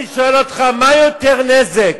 אני שואל אותך: מה יותר נזק,